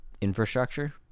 infrastructure